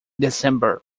december